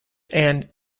and